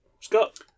Scott